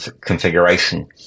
configuration